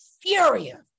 furious